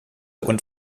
und